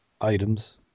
items